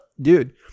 dude